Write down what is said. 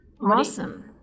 Awesome